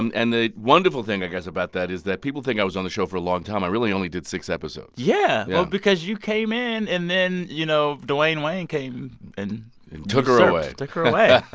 and and the wonderful thing, i guess, about that is that people think i was on the show for a long time. i really only did six episodes yeah yeah well, because you came in, and then, you know, dwayne wayne came and usurped. and took her away took her away.